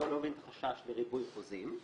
לא עם חשש לריבוי חוזים,